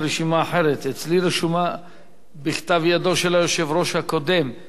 אצלי רשום בכתב ידו של היושב-ראש הקודם מה שהוא אישר.